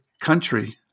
country